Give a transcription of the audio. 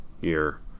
year